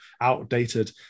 outdated